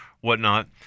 whatnot